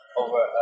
over